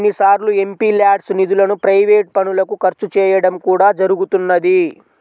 కొన్నిసార్లు ఎంపీల్యాడ్స్ నిధులను ప్రైవేట్ పనులకు ఖర్చు చేయడం కూడా జరుగుతున్నది